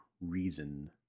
reason